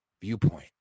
viewpoint